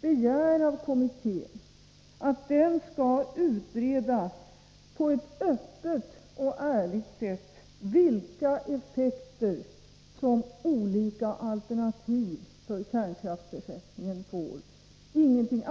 begärs att kommittén på ett öppet och ärligt sätt skall utreda vilka effekter som olika alternativ för kärnkraftsersättningen får — inget annat.